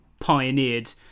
pioneered